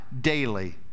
daily